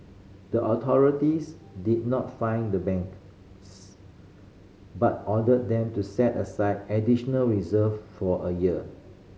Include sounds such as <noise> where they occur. the authorities did not fine the bank <unintelligible> but ordered them to set aside additional reserve for a year